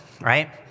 right